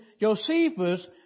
Josephus